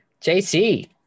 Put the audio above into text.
JC